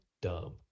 dumb